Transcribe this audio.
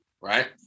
right